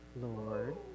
Lord